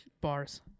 bars